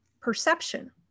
perception